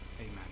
Amen